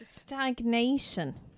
Stagnation